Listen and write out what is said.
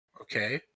Okay